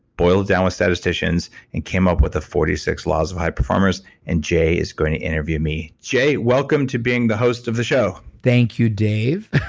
boiled down with statisticians and came up with the forty six laws of high performers and jay is going to interview me. jay welcome to being the host of the show. thank you, dave.